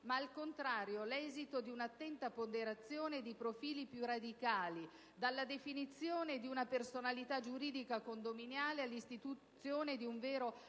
ma, al contrario, l'esito di una attenta ponderazione di profili più radicali, dalla definizione di una personalità giuridica condominiale all'istituzione di un vero